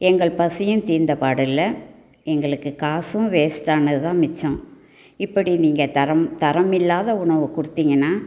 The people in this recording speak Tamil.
எங்கள் பசியும் தீர்ந்தப்பாடு இல்லை எங்களுக்கு காசும் வேஸ்ட் ஆனது தான் மிச்சம் இப்படி நீங்கள் தரம் தரமில்லாத உணவு கொடுத்திங்கன்னா